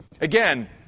Again